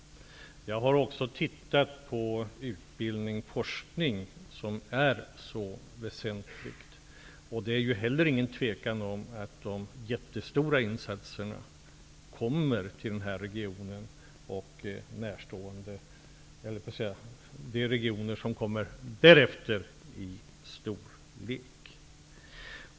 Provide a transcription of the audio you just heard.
Jag har också tittat på detta med utbildning och forskning, som är ett mycket väsentligt område. Det råder inget tvivel om att de verkligt stora insatserna gäller den här regionen och de regioner som storleksmässigt kommer efter denna.